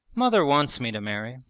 mother wants me to marry.